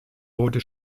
wurde